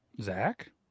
Zach